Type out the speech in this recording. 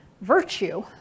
virtue